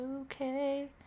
okay